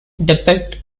depict